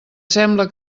sembla